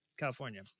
california